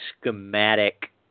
schematic